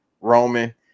Roman